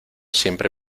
siempre